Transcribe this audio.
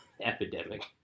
epidemic